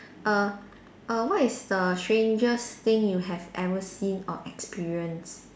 err err what is the strangest thing you have ever seen or experience